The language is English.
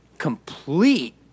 complete